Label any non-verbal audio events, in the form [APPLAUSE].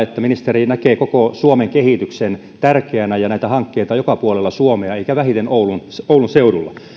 [UNINTELLIGIBLE] että ministeri näkee koko suomen kehityksen tärkeänä ja näitä hankkeita on joka puolella suomea eikä vähiten oulun oulun seudulla